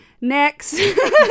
next